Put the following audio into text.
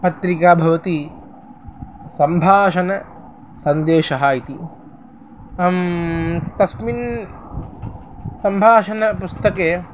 पत्रिका भवति सम्भाषणसन्देशः इति अहं तस्मिन् सम्भाषणपुस्तके